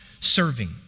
serving